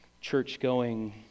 church-going